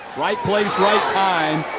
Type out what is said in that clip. right place, right time.